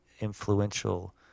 influential